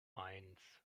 eins